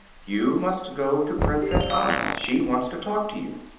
you must go to princess ozma. she wants to talk to you.